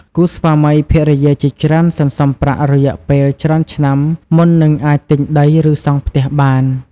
គូស្វាមីភរិយាជាច្រើនសន្សំប្រាក់ រយៈពេលច្រើនឆ្នាំ មុននឹងអាចទិញដី ឬ សង់ផ្ទះបាន។